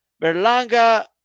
Berlanga